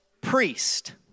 priest